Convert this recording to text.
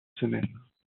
semaines